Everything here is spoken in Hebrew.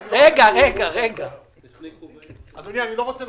אני מתחבר למספר שאדוני אומר אבל אני לא יכול לחתום עליו.